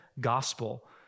gospel